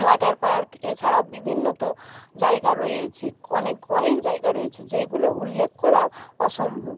water park এছাড়াও বিভিন্ন তো জায়গা রয়েইছে অনেক অনেক জায়গা রয়েছে যেইগুলো উল্লেখ করাও অসম্ভব